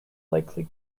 likely